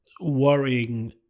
worrying